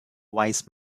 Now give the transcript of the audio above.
wise